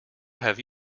have